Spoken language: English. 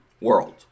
world